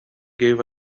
gave